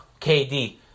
KD